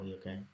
okay